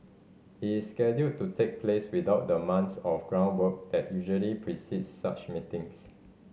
it is scheduled to take place without the months of groundwork that usually precedes such meetings